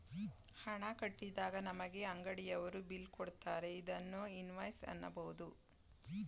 ಹಣ ಕಟ್ಟಿದಾಗ ನಮಗೆ ಅಂಗಡಿಯವರು ಬಿಲ್ ಕೊಡುತ್ತಾರೆ ಇದನ್ನು ಇನ್ವಾಯ್ಸ್ ಅನ್ನಬೋದು